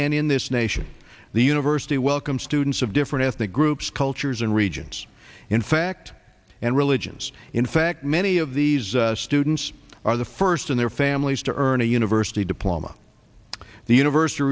and in this nation the university welcome students of different ethnic groups cultures and regions in fact and religions in fact many of these students are the first in their families to earn a university diploma the univers